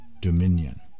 dominion